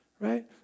right